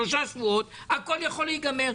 תוך שלושה שבועות הכול יכול להיגמר.